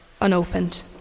unopened